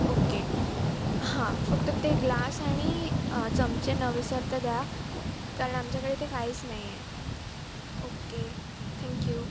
okay हां फक्त ते ग्लास आणि चमचे न विसरता द्या कारण आमच्याकडे ते काहीच नाही आहे ओके थँक्यू